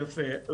יפה.